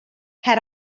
had